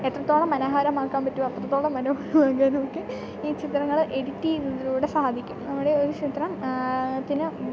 എത്രത്തോളം മനോഹരമാക്കാൻ പറ്റുമോ അത്രത്തോളം മനോഹരമാക്കാനൊക്കെ ഈ ചിത്രങ്ങൾ എഡിറ്റ് ചെയ്യുന്നതിലൂടെ സാധിക്കും നമ്മുടെ ഒരു ചിത്രം ത്തിന്